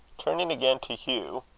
turning again to hugh,